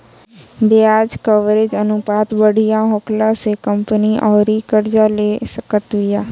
ब्याज कवरेज अनुपात बढ़िया होखला से कंपनी अउरी कर्जा ले सकत बिया